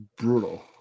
brutal